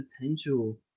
potential